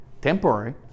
temporary